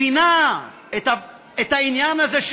מבינה את העניין הזה.